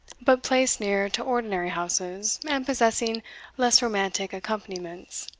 but placed near to ordinary houses, and possessing less romantic accompaniments.